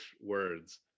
words